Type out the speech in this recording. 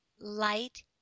light